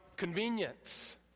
Convenience